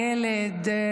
ילד,